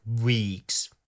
weeks